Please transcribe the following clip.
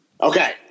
Okay